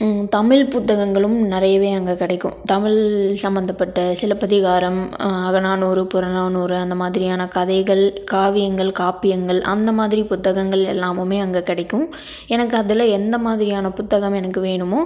தமிழ் புத்தகங்களும் நிறையவே அங்கே கிடைக்கும் தமிழ் சம்பந்தப்பட்ட சிலப்பதிகாரம் அகநானூறு புறநானூறு அந்த மாதிரியான கதைகள் காவியங்கள் காப்பியங்கள் அந்த மாதிரி புத்தகங்கள் எல்லாமுமே அங்கே கிடைக்கும் எனக்கு அதில் எந்த மாதிரியான புத்தகம் எனக்கு வேணுமோ